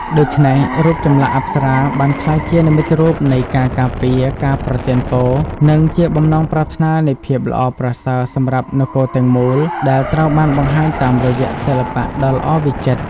ដូច្នេះ រូបចម្លាក់អប្សរាបានក្លាយជានិមិត្តរូបនៃការការពារ ការប្រទានពរ និងជាបំណងប្រាថ្នានៃភាពល្អប្រសើរសម្រាប់នគរទាំងមូល ដែលត្រូវបានបង្ហាញតាមរយៈសិល្បៈដ៏ល្អវិចិត្រ។